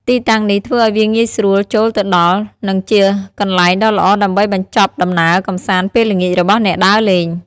ទីតាំងនេះធ្វើឱ្យវាងាយស្រួលចូលទៅដល់ និងជាកន្លែងដ៏ល្អដើម្បីបញ្ចប់ដំណើរកម្សាន្តពេលល្ងាចរបស់អ្នកដើរលេង។